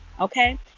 Okay